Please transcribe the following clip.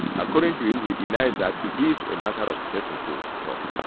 according to yeah he denies that it is a matter of personhood at all.